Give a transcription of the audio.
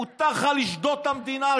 מותר לך לשדוד את המדינה,